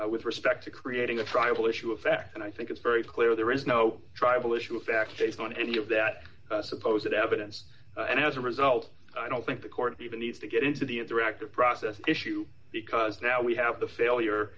to with respect to creating a trial issue effect and i think it's very clear there is no tribal issue of fact based on any of that supposed evidence and as a result i don't think the court even needs to get into the interactive process issue because now we have the failure